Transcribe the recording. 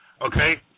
Okay